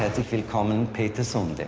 and to um and peter sunde.